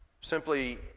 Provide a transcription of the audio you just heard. Simply